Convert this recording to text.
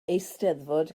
eisteddfod